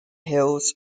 hills